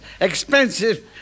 expensive